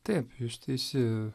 taip jūs teisi